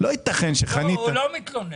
לא ייתכן שחניתה --- הוא לא מתלונן.